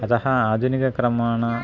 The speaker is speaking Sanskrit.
अतः आधुनिकक्रमाणां